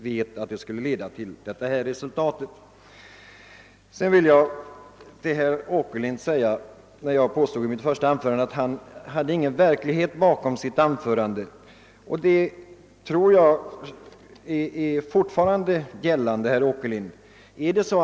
Jag påstod i mitt första inlägg att det inte fanns någon verklighet bakom herr Åkerlinds anförande, och jag tror fortfarande att så inte är fallet.